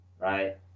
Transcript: right